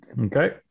Okay